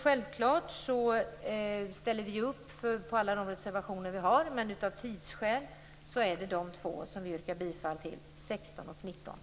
Självfallet står vi kristdemokrater bakom alla våra reservationer, men av tidsskäl yrkar vi bifall endast till dessa två.